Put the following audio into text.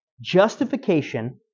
Justification